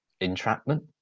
entrapment